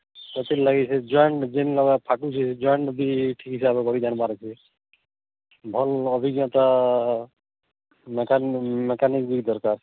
ସେଥିର୍ ଲାଗି ସେ ଜଏଣ୍ଟ୍ ଜିନ୍ ହବା ଫାଟୁଛି ସେ ଜଏଣ୍ଟ୍ ବି ଠିକ୍ସେ ଆମେ କରି ଜାନବାର୍ ଅଛି ଭଲ୍ ଅଭିଜ୍ଞତା ମେକାନିକ୍ ମେକାନିକ୍ ବି ଦରକାର୍